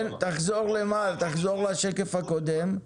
תחזור לשקף הקודם.